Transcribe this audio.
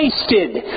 wasted